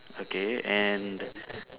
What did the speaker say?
okay and